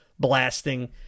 blasting